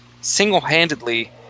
single-handedly